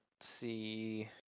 see